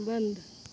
बंद